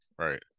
Right